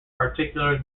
particularly